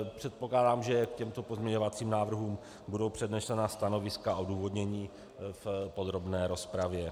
Předpokládám, že k těmto pozměňovacím návrhům budou přednesena stanoviska a odůvodnění v podrobné rozpravě.